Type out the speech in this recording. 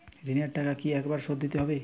ঋণের টাকা কি একবার শোধ দিতে হবে?